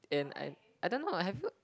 and I I don't know lah have you